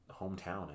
hometown